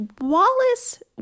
Wallace